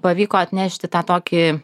pavyko atnešti tą tokį